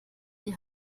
die